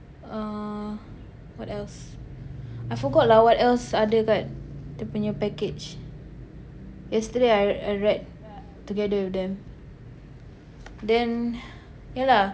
uh what else I forgot lah what else ada kat dia punya package yesterday I I read together with them then ya lah